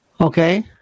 Okay